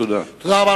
תודה רבה.